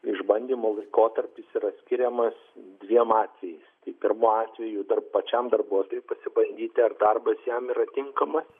išbandymo laikotarpis yra skiriamas dviem atvejais tai pirmu atveju tam pačiam darbuotojui pasibaidyti ar darbas jam yra tinkamas